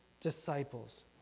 disciples